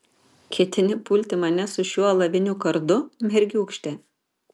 ketini pulti mane su šiuo alaviniu kardu mergiūkšte